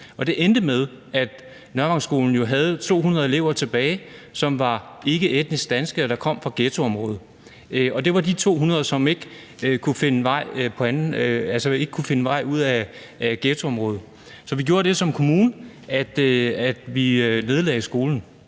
det endte med, at Nørrevangsskolen jo havde 200 elever, som ikke var etnisk danske, og som kom fra ghettoområdet. Det var de 200, som ikke kunne finde vej ud af ghettoområdet. Så vi gjorde det som kommune, at vi nedlagde skolen,